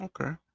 Okay